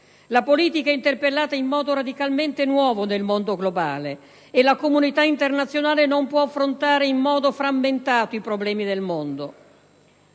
La politica è interpellata in modo radicalmente nuovo nel mondo globale, e la comunità internazionale non può affrontare in modo frammentato i problemi del mondo: